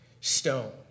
stone